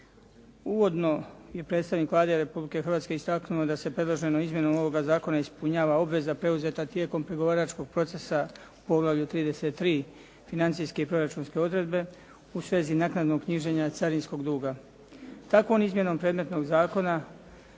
Uvodno je predstavnik Vlade Republike Hrvatske istaknuo da se predloženom izmjenom ovoga zakona ispunjava obveza preuzeta tijekom pregovaračkog procesa u Poglavlju 33 – Financijske i proračunske odredbe u svezi naknadnog knjiženja carinskog duga. Takvom izmjenom predmetnog zakona